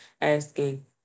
asking